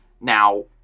now